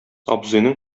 абзыйның